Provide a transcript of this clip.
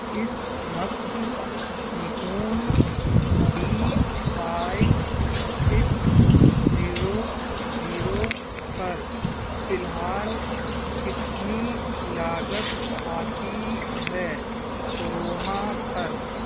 اس وقت Nikon D five six zero zero پر فی الحال کتنی لاگت آتی ہے کروما پر